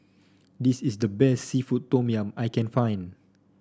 this is the best seafood Tom Yum I can find